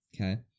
Okay